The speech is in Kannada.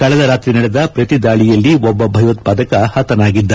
ಕಳೆದ ರಾತ್ರಿ ನಡೆದ ಪ್ರತಿ ದಾಳಿಯಲ್ಲಿ ಒಬ್ಬ ಭಯೋತ್ಪಾದಕ ಹತನಾಗಿದ್ದ